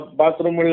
bathroom